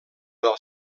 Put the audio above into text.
del